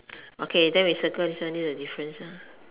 okay then we circle this one this is the difference